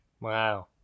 wow